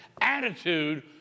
Attitude